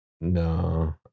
No